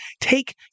take